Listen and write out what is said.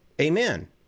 amen